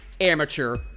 amateur